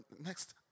next